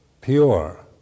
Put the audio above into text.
pure